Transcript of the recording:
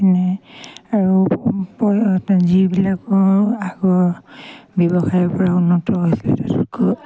নে আৰু যিবিলাকৰ আগৰ ব্যৱসায়ৰ পৰা উন্নত হৈছিলে তাতকৈ